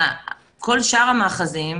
לכל שאר המאחזים,